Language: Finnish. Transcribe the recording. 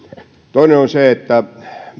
toinen on se että